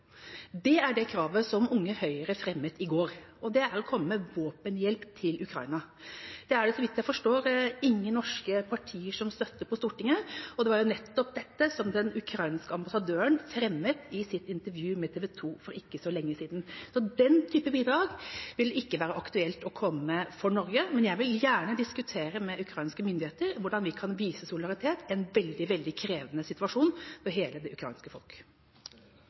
er kravet som Unge Høyre fremmet i går – å komme med våpenhjelp til Ukraina. Det er det så vidt jeg forstår ingen partier på Stortinget som støtter. Det var nettopp dette kravet den ukrainske ambassadøren fremmet i sitt intervju med TV 2 for ikke så lenge siden. Den typen bidrag vil ikke være aktuelt å komme med for Norge, men jeg vil gjerne diskutere med ukrainske myndigheter hvordan vi kan vise solidaritet i en veldig krevende situasjon for hele det ukrainske folk.